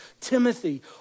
Timothy